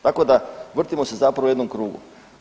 Tako da vrtimo se zapravo u jednom krugu.